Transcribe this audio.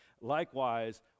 likewise